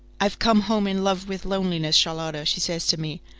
i've come home in love with loneliness, charlotta she says to me,